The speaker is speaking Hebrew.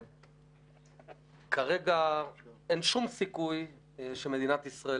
כרגע אין שום סיכוי שמדינת ישראל